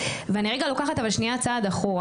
ואני רגע לוקחת אבל שניה צעד אחורה.